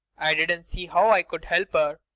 i didn't see how i could help her.